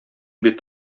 бит